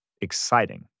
exciting